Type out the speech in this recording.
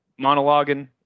monologuing